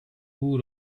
who